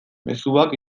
mezuak